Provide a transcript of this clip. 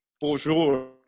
bonjour